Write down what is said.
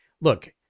look